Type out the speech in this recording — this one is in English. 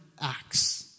acts